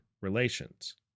relations